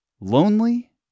lonely